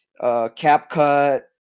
CapCut